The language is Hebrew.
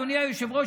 אדוני היושב-ראש,